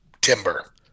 timber